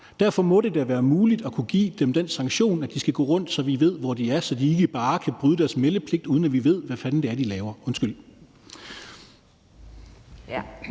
Derfor må det da være muligt at kunne give dem den sanktion, at de skal gå rundt, så vi ved, hvor de er, altså så de ikke bare kan bryde deres meldepligt, uden at vi ved, hvad fanden det er, de laver. Undskyld.